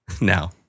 now